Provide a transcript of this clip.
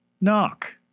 knock